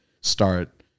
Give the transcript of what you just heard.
start